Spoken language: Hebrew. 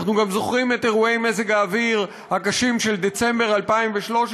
אנחנו גם זוכרים את אירועי מזג האוויר הקשים של דצמבר 2013,